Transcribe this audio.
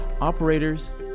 Operators